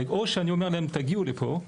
או שאני אומר להם תגיעו לפה,